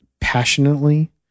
passionately